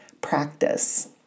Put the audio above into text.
practice